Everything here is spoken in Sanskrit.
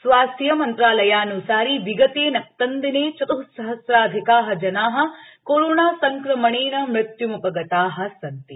स्वास्थ्यमंत्रालयान्सारि विगते नक्तन्दिने चत्ःसहस्राधिकजनाः कोरोनासंक्रमणेन मृत्य्म्पगता सन्ति